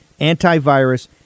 antivirus